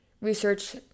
research